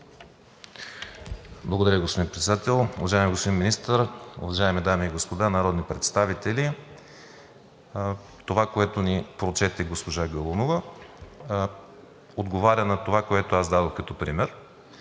Благодаря Ви, господин Председател. Уважаеми господин Министър, уважаеми дами и господа народни представители! Това, което ни прочете госпожа Галунова, отговаря на това, което дадох като пример.